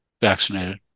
vaccinated